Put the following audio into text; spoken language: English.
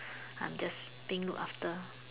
I'm just being looked after